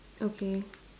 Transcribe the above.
okay